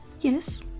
yes